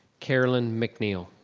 caroline mcneil.